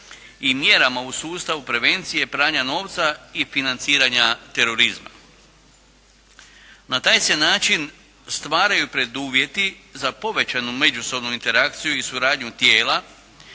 i mjerama u sustavu prevencije pranja novca i financiranja terorizma. Na taj se način stvaraju preduvjeti za povećanu međusobnu interakciju i suradnju tijelu,